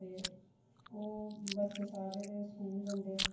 ते ओह् बच्चे साढ़े ते स्कूल जंदे